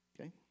okay